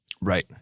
right